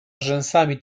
rzęsami